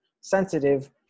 sensitive